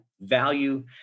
value